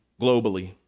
globally